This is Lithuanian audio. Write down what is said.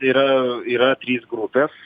yra yra trys grupės